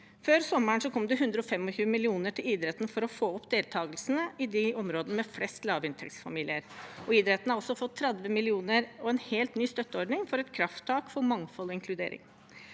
Før sommeren kom det 125 mill. kr til idretten for å få opp deltakelsen i de områdene med flest lavinntektsfamilier. Idretten har også fått 30 mill. kr og en helt ny støtteordning for et krafttak for mangfold og inkludering.